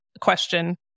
question